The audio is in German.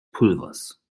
pulvers